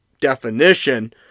definition